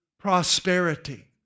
prosperity